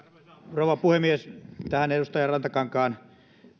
rouva puhemies tähän edustaja rantakankaan